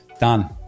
done